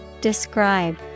Describe